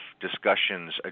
discussions